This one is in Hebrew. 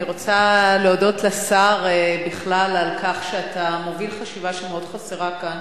אני רוצה להודות לשר בכלל על כך שאתה מוביל חשיבה שמאוד חסרה כאן,